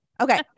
Okay